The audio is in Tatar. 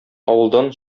авылдан